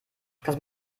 kannst